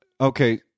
okay